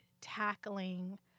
tackling